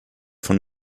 von